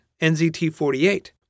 NZT48